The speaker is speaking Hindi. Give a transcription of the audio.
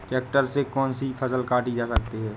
ट्रैक्टर से कौन सी फसल काटी जा सकती हैं?